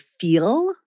feel